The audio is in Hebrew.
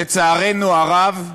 לצערנו הרב,